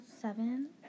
Seven